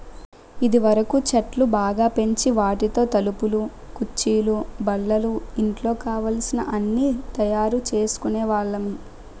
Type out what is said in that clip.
ఇదివరకు చెట్లు బాగా పెంచి వాటితో తలుపులు కుర్చీలు బల్లలు ఇంట్లో కావలసిన అన్నీ తయారు చేసుకునే వాళ్ళమి